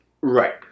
Right